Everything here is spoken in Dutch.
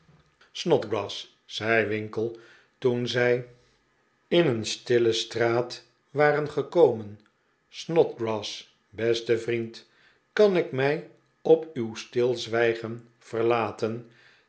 snodgrass zei winkle toen zij in een stille straat waren gekomen snodgrass beste vriend kan ik mij op uw stilzwijgeii verlaten